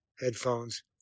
headphones